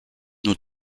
nos